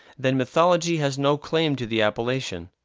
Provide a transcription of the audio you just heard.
then mythology has no claim to the appellation.